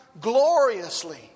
gloriously